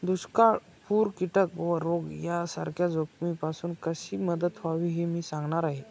दुष्काळ पूर कीटक व रोग यासारख्या जोखमीपासून कशी मदत व्हावी हे मी सांगणार आहे